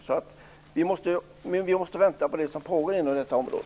Vi måste alltså vänta på resultatet av det arbete som pågår på detta område.